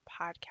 Podcast